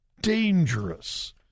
Dangerous